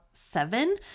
seven